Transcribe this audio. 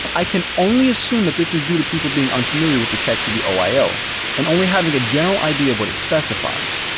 i can only assume that this is due to people being unfamiliar with the text of the oio and only having a general idea of what it specifies,